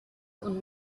und